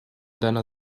deiner